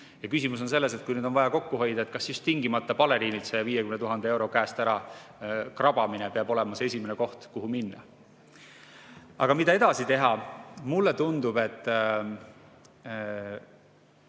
Ja küsimus on selles, et kui on vaja kokku hoida, siis kas just tingimata baleriinilt 150 000 euro käest ära krabamine peab olema esimene koht, [mille kallale] minna. Aga mida edasi teha? Mulle tundub, et